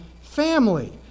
family